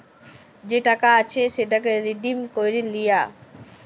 যে টাকা আছে সেটকে রিডিম ক্যইরে লিয়া